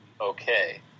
okay